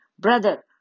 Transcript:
Brother